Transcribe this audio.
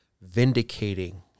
vindicating